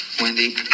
Wendy